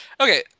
Okay